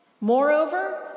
Moreover